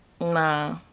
Nah